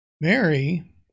Mary